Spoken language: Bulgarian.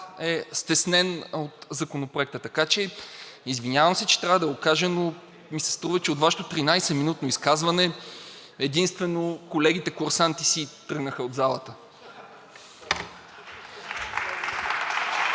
е стеснен от Законопроекта. Извинявам се, че трябва да го кажа, но ми се струва, че от Вашето 13-минутно изказване единствено колегите курсанти си тръгнаха от залата.